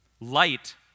Light